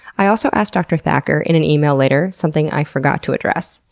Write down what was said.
i also asked dr. thacker in an email later, something i forgot to address.